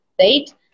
Right